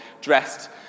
dressed